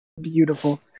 Beautiful